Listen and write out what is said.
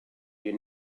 you